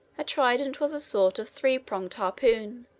a trident was a sort of three-pronged harpoon,